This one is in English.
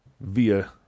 via